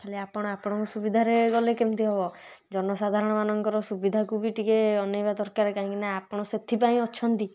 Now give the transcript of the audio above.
ଖାଲି ଆପଣ ଆପଣଙ୍କ ସୁବିଧାରେ ଗଲେ କେମିତି ହେବ ଜନସାଧାରଣ ମାନଙ୍କର ସୁବିଧାକୁ ବି ଟିକେ ଅନେଇବା ଦରକାର କାହିଁକି ନା ଆପଣ ସେଥିପାଇଁ ଅଛନ୍ତି